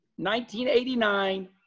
1989